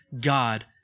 God